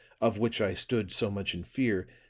of which i stood so much in fear,